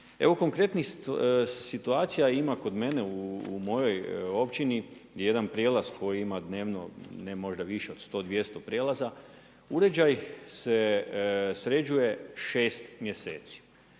Evo konkretnih situacija ima kod mene u mojoj općini, gdje je jedan prijelaz koji ima dnevno ne možda više 100, 200 prijelaza. Uređaj se sređuje 6 mjeseci.